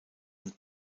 und